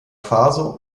faso